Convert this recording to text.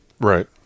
Right